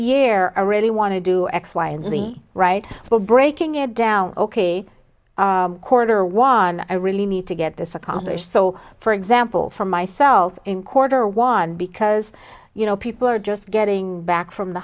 year i really want to do x y and z right we're breaking it down ok quarter won i really need to get this accomplished so for example for myself in quarter one because you know people are just getting back from the